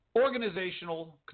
organizational